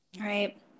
Right